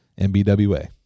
MBWA